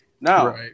Now